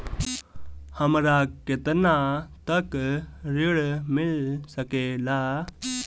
हमरा केतना तक ऋण मिल सके ला?